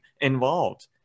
involved